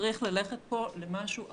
צריך ללכת פה למשהו אחר: